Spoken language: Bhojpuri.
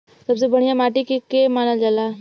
सबसे बढ़िया माटी के के मानल जा?